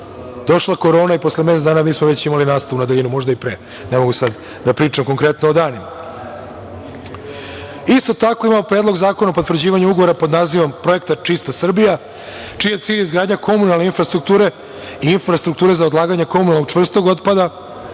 Došla je korona i posle mesec dana mi smo već imali nastavu na daljinu. Možda i pre, ne mogu sada da pričam konkretno o danima. Isto tako imamo Predlog zakona o potvrđivanju Ugovora pod nazivom „Projekat čista Srbija“ čiji je cilj izgradnja komunalne infrastrukture i infrastrukture za odlaganje komunalnog čvrstog otpada.